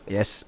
Yes